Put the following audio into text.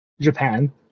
Japan